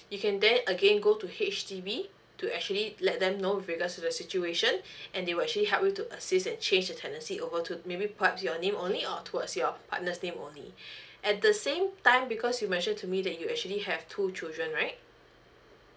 you can then again go to H_D_B to actually let them know with regards to the situation and they will actually help you to assist and change the tenancy over to maybe perhaps your name only or towards your partner's name only at the same time because you mentioned to me that you actually have two children right